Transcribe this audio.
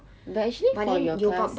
but actually for your class